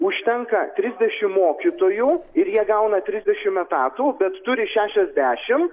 užtenka trisdešimt mokytojų ir jie gauna trisdešimt etatų bet turi šešiasdešimt